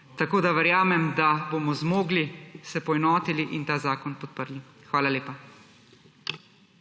Tako verjamem, da bomo zmogli, se poenotili in ta zakon podprli. Hvala lepa.